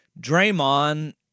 Draymond